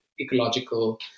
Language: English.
ecological